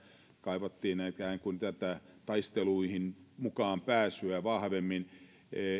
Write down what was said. kaivattiin vahvemmin ikään kuin tätä taisteluihin mukaanpääsyä